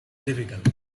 difficult